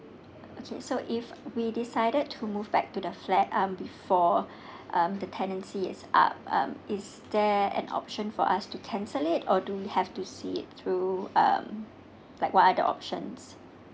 okay so if we decided to move back to the flat um before um the tendency is up um is there an option for us to cancel it or do we have to see it through um like what are the options